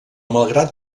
malgrat